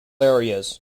areas